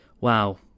wow